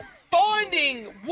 finding